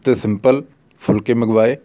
ਅਤੇ ਸਿੰਪਲ ਫੁਲਕੇ ਮੰਗਵਾਏ